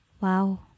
Wow